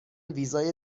ویزای